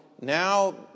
now